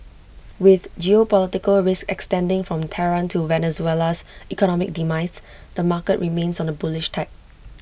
with geopolitical risk extending from Tehran to Venezuela's economic demise the market remains on A bullish tack